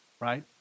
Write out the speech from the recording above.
right